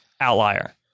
outlier